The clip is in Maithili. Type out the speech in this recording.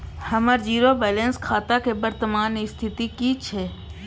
हमर जीरो बैलेंस खाता के वर्तमान स्थिति की छै?